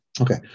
Okay